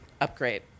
upgrade